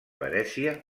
venècia